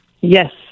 Yes